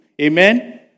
Amen